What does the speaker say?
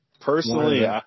personally